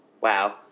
wow